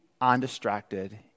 undistracted